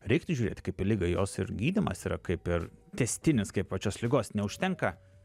reiktų žiūrėt kaip į ligą jos ir gydymas yra kaip ir tęstinis kaip pačios ligos neužtenka